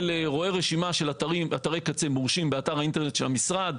רואה רשימה של אתרי קצה מורשים באתר האינטרנט של המשרד.